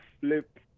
flip